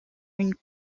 une